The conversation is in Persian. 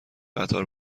قطار